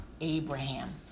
Abraham